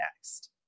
next